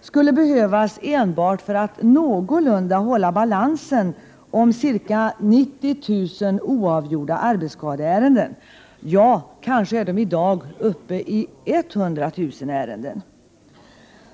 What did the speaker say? skulle behövas enbart för att någorlunda hålla balansen om ca 90 000 oavgjorda arbetsskadeärenden — ja, kanske är balansen i dag uppe i 100 000 ärenden!